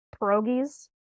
pierogies